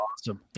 awesome